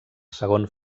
segon